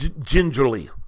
gingerly